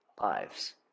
lives